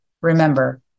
remember